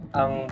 ang